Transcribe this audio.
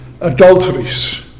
adulteries